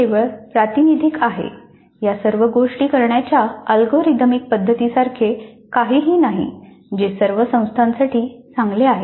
हे केवळ प्रातिनिधिक आहे या सर्व गोष्टी करण्याच्या अल्गोरिदमिक पद्धतीसारखे काहीही नाही जे सर्व संस्थांसाठी चांगले आहे